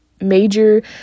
major